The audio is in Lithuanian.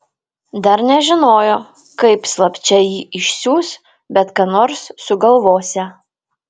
dar nežinojo kaip slapčia jį išsiųs bet ką nors sugalvosią